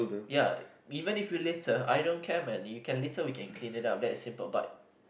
ya even if you litter I don't care man you can litter we can clean it up that is simple but